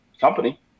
company